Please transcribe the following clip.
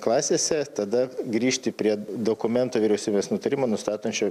klasėse tada grįžti prie dokumento vyriausybės nutarimo nustatančio